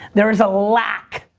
there is a lack,